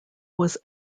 was